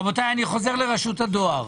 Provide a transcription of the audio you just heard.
רבותי, אני חוזר לרשות הדואר.